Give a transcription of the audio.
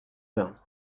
bains